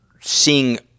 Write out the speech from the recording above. seeing